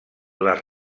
les